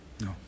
No